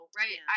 right